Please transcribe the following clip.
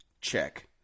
Check